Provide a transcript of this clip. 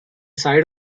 side